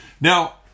Now